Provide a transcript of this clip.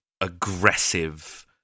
aggressive